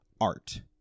art